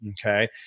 okay